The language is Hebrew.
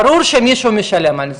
ברור שמישהו משלם על זה,